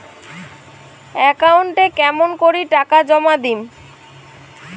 একাউন্টে কেমন করি টাকা জমা দিম?